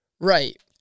Right